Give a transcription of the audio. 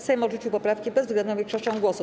Sejm odrzucił poprawki bezwzględną większością głosów.